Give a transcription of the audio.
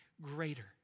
greater